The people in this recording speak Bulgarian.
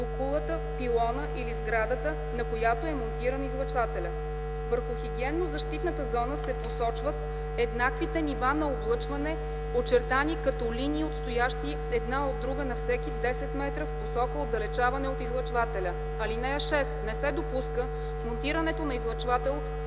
до кулата, пилона или сградата, на която е монтиран излъчвателя. Върху хигиенно-защитната зона се посочват еднаквите нива на облъчване, очертани като линии, отстоящи една от друга на всеки 10 метра в посока отдалечаване от излъчвателя. (6) Не се допуска монтирането на излъчвател